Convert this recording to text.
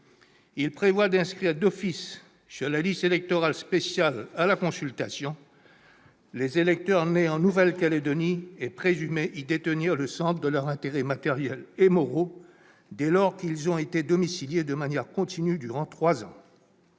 Il prévoit d'inscrire d'office sur la liste électorale spéciale à la consultation les électeurs nés en Nouvelle-Calédonie et présumés y détenir le centre de leurs intérêts matériels et moraux, dès lors qu'ils y ont été domiciliés de manière continue durant trois ans,